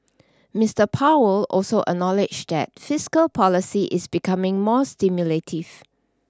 Mister Powell also acknowledged that fiscal policy is becoming more stimulative